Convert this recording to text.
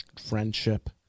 friendship